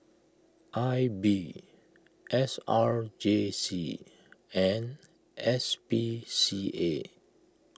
I B S R J C and S P C A